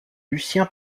lucien